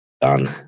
done